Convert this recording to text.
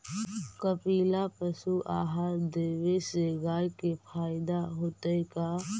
कपिला पशु आहार देवे से गाय के फायदा होतै का?